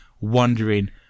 wondering